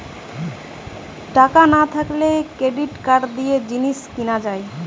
টাকা না থাকলে ক্রেডিট কার্ড দিয়ে জিনিস কিনা যায়